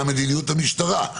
מה מדיניות המשטרה?